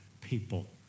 people